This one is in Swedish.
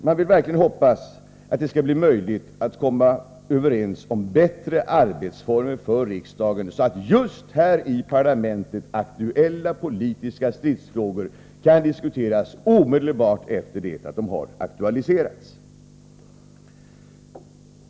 Jag hoppas verkligen att det skall bli möjligt att komma överens om bättre arbetsformer för riksdagen, så att vi här i parlamentet kan diskutera brännande politiska stridsfrågor omedelbart efter det att de har aktualiserats.